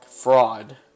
fraud